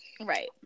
right